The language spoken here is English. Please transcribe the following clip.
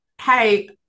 hey